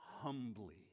humbly